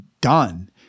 done